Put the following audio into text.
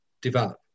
develop